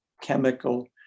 chemical